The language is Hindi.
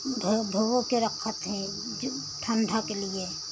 धो धोके रखते हैं कि ठंडा के लिए